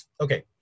okay